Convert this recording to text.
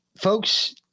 Folks